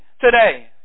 today